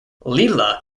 leela